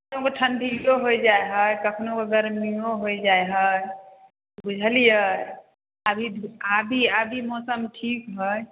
कखनोके ठण्डिओ हो जाए हइ कखनोके गरमिओ हो जाए हइ बुझलिए अभी अभी अभी मौसम ठीक हइ